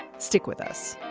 stick with us